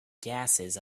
gases